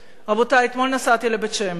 רבותי, אתמול נסעתי לבית-שמש.